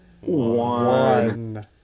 one